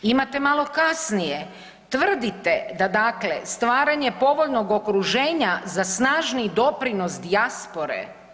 Imate malo kasnije, tvrdite da dakle stvaranje povoljnog okruženja za snažniji doprinos dijaspore.